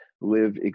live